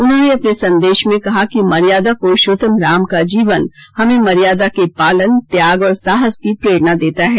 उन्होंने अपने संदेश में कहा कि मर्यादा प्रुषोत्तम राम का जीवन हमें मर्यादा के पालन त्याग और साहस की प्रेरणा देता है